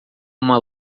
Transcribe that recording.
uma